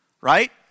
right